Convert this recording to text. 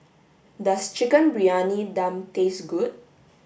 does chicken briyani dum taste good